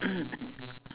mm mm